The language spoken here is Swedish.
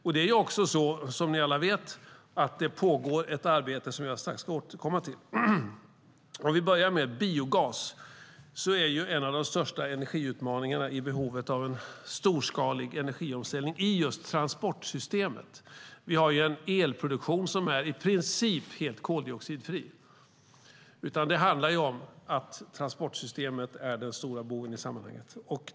Som ni alla vet pågår det också ett arbete som jag strax ska återkomma till. För att börja med biogas: En av de största energiutmaningarna i fråga om behovet av en storskalig energiomställning ligger i just transportsystemet. Vi har en elproduktion som i princip är helt koldioxidfri. Det handlar om att transportsystemet är den stora boven i sammanhanget.